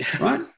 right